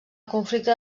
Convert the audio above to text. conflicte